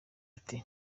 ati